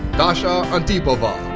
dasha antipova,